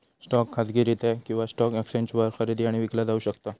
stock खाजगीरित्या किंवा stock एक्सचेंजवर खरेदी आणि विकला जाऊ शकता